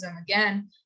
again